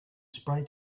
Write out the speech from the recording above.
spray